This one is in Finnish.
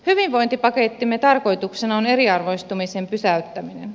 hyvinvointipakettimme tarkoituksena on eriarvoistumisen pysäyttäminen